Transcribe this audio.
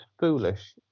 foolish